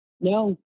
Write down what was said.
No